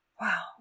Wow